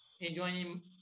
enjoying